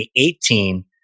2018